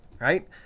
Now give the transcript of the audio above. Right